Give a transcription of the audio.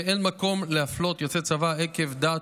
ואין מקום להפלות יוצא צבא עקב דת,